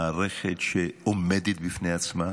מערכת שעומדת בפני עצמה.